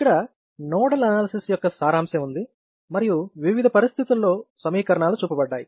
ఇక్కడ nodal analysis యొక్క సారాంశం ఉంది మరియు వివిధ పరిస్థితులలో సమీకరణాలు చూపబడ్డాయి